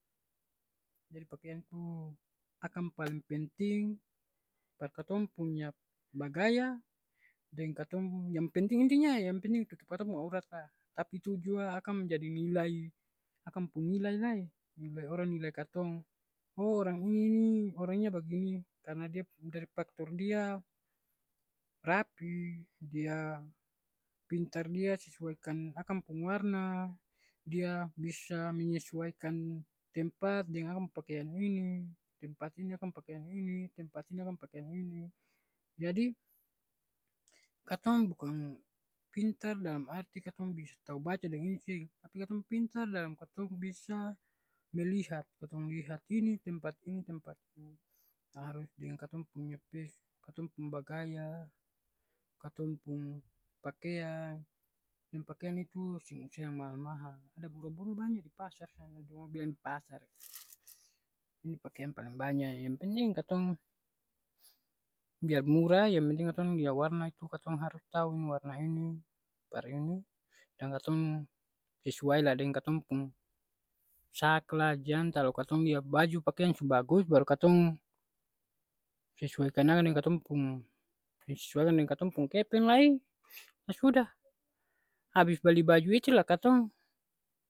Jadi pakeang tu akang paleng penting par katong punya bagaya deng katong yang penting intinya yang penting tutup katong pung aurat lah. Tapi tu jua akang menjadi nilai, akang pung nilai lai. Nilai orang nilai katong, oo orang ini ni orangnya bagini, karena dia dari paktor dia rapi, dia pintar dia sesuaikan akang pung warna, dia bisa menyesuaikan tempat deng akang pung pakiang ini, tempat ini akang pakiang ini, tempat ini akang pakiang ini, jadi katong bukang pintar dalam arti katong bisa tau baca deng ini seng. Tapi katong pintar dalam katong bisa melihat, katong lihat ini, tempat ini pung pak pung harus dengan katong punya pes katong pung bagaya, katong pung pakeang, katong pung pakean itu seng seng mahal-mahal, ada buru-buru banya di pasar sana dong bilang di pasar. Pakiang paleng banya e yang penting katong biar murah yang penting katong lia warna itu katong harus tau warna ini par ini, deng katong sesuailah deng katong pung sak lai. Jang talalu katong lia baju pakiang su bagus baru katong sesuaikan akang deng katong pung, seng sesuaikan deng katong pung kepeng lai, la sudah, abis bali baju itu la katong